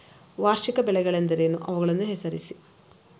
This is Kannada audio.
ವಾರ್ಷಿಕ ಬೆಳೆಗಳೆಂದರೇನು? ಅವುಗಳನ್ನು ಹೆಸರಿಸಿ?